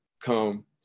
come